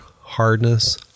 hardness